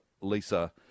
Lisa